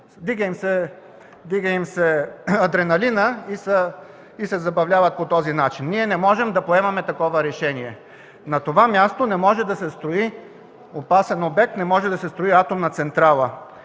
вдига им се адреналинът и се забавляват по този начин. Ние не можем да поемаме такова решение. На това място не може да се строи опасен обект, не може да се строи атомна централа.